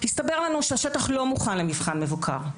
הסתבר לנו שהשטח לא מוכן למבחן מבוקר,